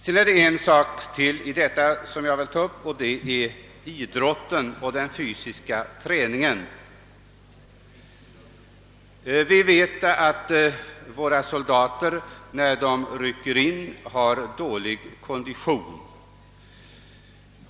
Ledande av idrotten och den fysiska träningen inom förbandet har också berörts i prop 110. Alla vet att många av våra soldater när de rycker in har dålig kondition.